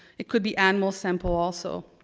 it could be animal sample also,